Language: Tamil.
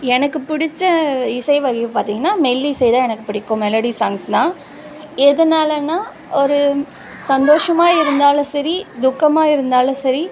எனக்கு பிடிச்ச இசை வகையை பார்த்தீங்கன்னா மெல்லிசைதான் எனக்கு பிடிக்கும் மெலோடி சாங்ஸ் தான் எதனாலன்னா ஒரு சந்தோஷமாக இருந்தாலும் சரி துக்கமாக இருந்தாலும் சரி